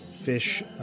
fish